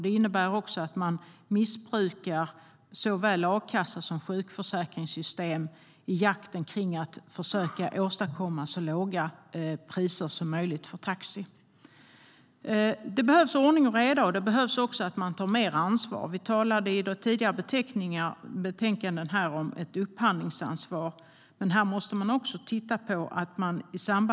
Det innebär även att man missbrukar såväl a-kassa som sjukförsäkringssystem i jakten på att försöka åstadkomma så låga priser som möjligt för taxi. Det behövs ordning och reda, och det behövs också att man tar mer ansvar. Vi talade i ett tidigare betänkande om upphandlingsansvar.